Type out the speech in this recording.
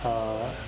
uh